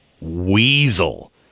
weasel